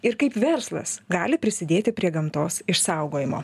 ir kaip verslas gali prisidėti prie gamtos išsaugojimo